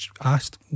asked